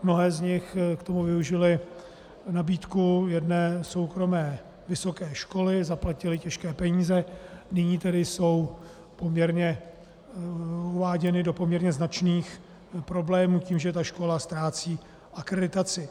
Mnohé z nich k tomu využily nabídku jedné soukromé vysoké školy, zaplatily těžké peníze a nyní jsou uváděny do poměrně značných problémů tím, že ta škola ztrácí akreditaci.